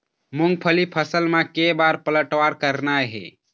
मूंगफली फसल म के बार पलटवार करना हे?